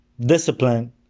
discipline